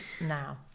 now